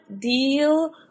deal